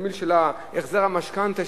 התמהיל של החזר המשכנתה,